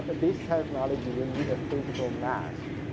ah this technology you need a physical mask,